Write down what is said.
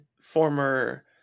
former